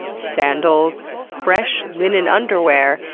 sandals, fresh linen underwear,